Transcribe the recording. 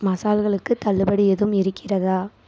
மசால்களுக்கு தள்ளுபடி எதுவும் இருக்கிறதா